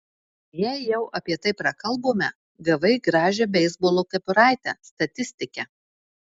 jei jau apie tai prakalbome gavai gražią beisbolo kepuraitę statistike